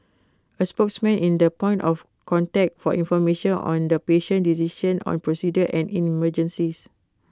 A spokesman in the point of contact for information on the patient decision on procedures and in emergencies